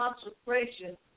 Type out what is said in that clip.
consecration